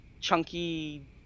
chunky